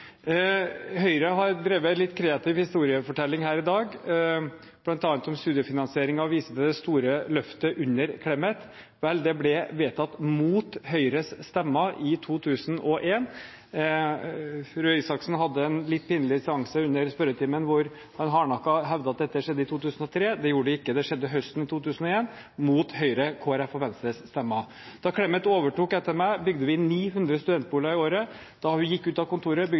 Høyre har drevet litt kreativ historiefortelling her i dag, bl.a. om studiefinansiering, og har vist til det store løftet under Clemet. Vel, det ble vedtatt mot Høyres stemmer i 2001. Røe Isaksen hadde en litt pinlig seanse under spørretimen, hvor han hardnakket hevdet at dette skjedde i 2003. Det gjorde det ikke, det skjedde høsten 2001, mot Høyres, Kristelig Folkepartis og Venstres stemmer. Da Clemet overtok etter meg, bygde vi 900 studentboliger i året. Da hun gikk ut av kontoret, bygde